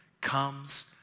comes